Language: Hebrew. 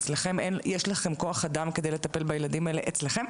יש לכם כוח-אדם כדי לטפל בילדים אצלכם?